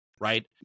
right